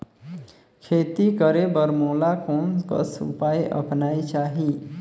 खेती करे बर मोला कोन कस उपाय अपनाये चाही?